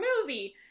movie